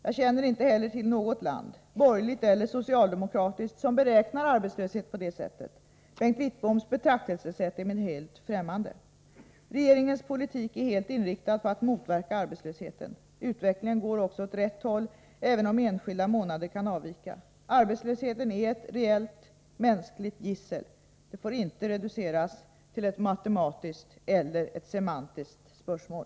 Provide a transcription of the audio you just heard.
Jag känner heller inte till något land — borgerligt eller socialdemokratiskt — som beräknar arbetslöshet på det sättet. Bengt Wittboms betraktelsesätt är mig helt fftämmande. Regeringens politik är helt inriktad på att motverka arbetslösheten. Utvecklingen går också åt rätt håll även om enskilda månader kan avvika. Arbetslösheten är ett reellt mänskligt gissel. Den får inte reduceras till ett matematiskt eller semantiskt spörsmål.